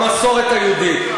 המסורת היהודית.